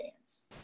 dance